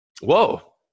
whoa